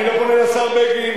אני לא פונה לשר בגין,